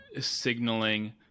signaling